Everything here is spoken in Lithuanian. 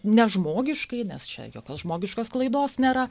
ne žmogiškai nes čia jokios žmogiškos klaidos nėra